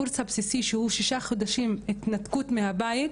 הקורס הבסיסי שהוא שישה חודשים התנתקות מהבית,